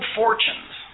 fortunes